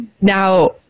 Now